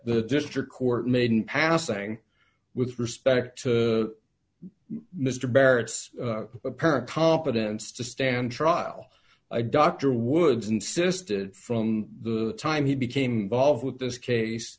the district court made in passing with respect to mr barrett's apparent competence to stand trial i dr woods insisted from the time he became volved with this case